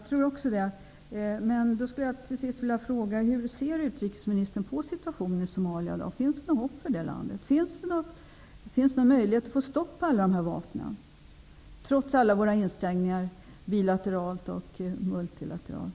Fru talman! Jag tror också det. Finns det något hopp för det landet? Finns det någon möjlighet att få stopp på alla de här vapnen med alla våra ansträngningar bilateralt och multilateralt?